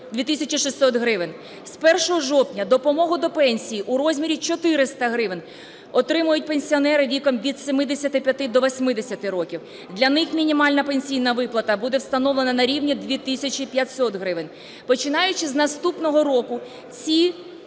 З 1 жовтня допомогу до пенсії у розмірі 400 гривень отримають пенсіонери віком від 75 до 80 років, для них мінімальна пенсійна виплата буде встановлена на рівні 2 тисячі 500 гривень. Починаючи з наступного року, ці